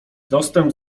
dostęp